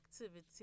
activity